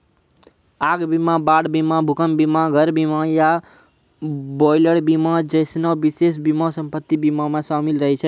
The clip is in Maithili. आग बीमा, बाढ़ बीमा, भूकंप बीमा, घर बीमा या बॉयलर बीमा जैसनो विशेष बीमा सम्पति बीमा मे शामिल रहै छै